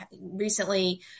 recently